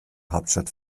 hauptstadt